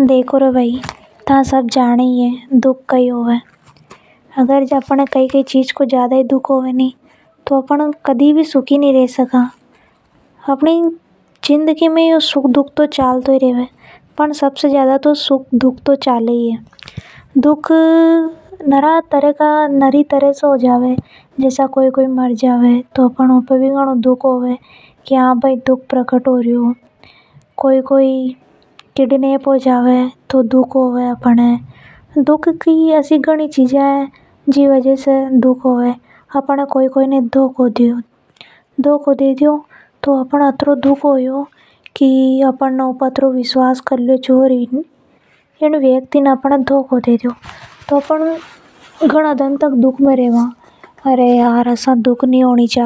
देखो र बई था सब जाने ही है कि दुख कई होवे। अगर अपन न कई कई को दुख हो रियो तो अपन कदी भी सूखी नि रे सका। अपनी जिंदगी में ये सुख दुख तो चलता ही रेवे पर यो दुख तो घणी बड़ी समस्या है। जसा की कोई कोई में जावे तो अपन ऊपे दुख प्रकट करा। अपने कोई कोई किडनैप हो जावे या फेर अपन न कोई कोई न धोका दियो तो अपन न आणि बात को घनों बढ़ो दुख